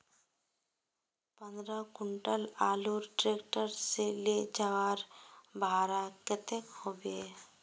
पंद्रह कुंटल आलूर ट्रैक्टर से ले जवार भाड़ा कतेक होबे?